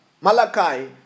Malachi